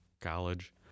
college